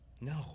No